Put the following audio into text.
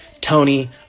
Tony